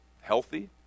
healthy